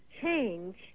change